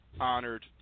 honored